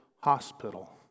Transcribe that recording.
hospital